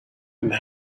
and